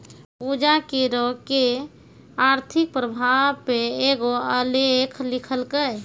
पूजा करो के आर्थिक प्रभाव पे एगो आलेख लिखलकै